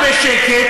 ברוך השם,